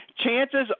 chances